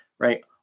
right